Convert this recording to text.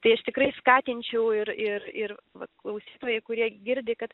tai aš tikrai skatinčiau ir ir ir vat klausytojai kurie girdi kad